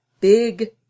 Big